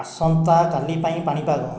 ଆସନ୍ତା କାଲି ପାଇଁ ପାଣିପାଗ